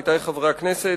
עמיתי חברי הכנסת,